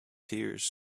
tears